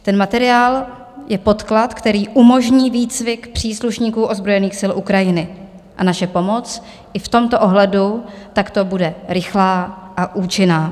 Ten materiál je podklad, který umožní výcvik příslušníků ozbrojených sil Ukrajiny, a naše pomoc i v tomto ohledu takto bude rychlá a účinná.